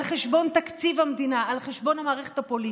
על חשבון תקציב המדינה, על חשבון המערכת הפוליטית.